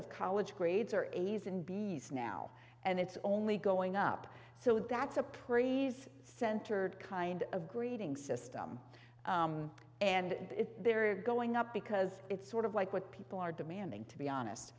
of college grades are eighty's and b s now and it's only going up so that's a praise centered kind of greeting system and if there are going up because it's sort of like what people are demanding to be honest